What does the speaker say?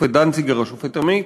השופט דנציגר והשופט עמית,